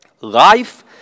Life